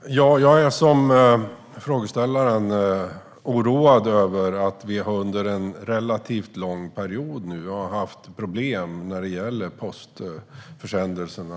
Herr talman! Jag är, precis som frågeställaren, oroad över att det under en relativt lång period har varit problem med postförsändelserna.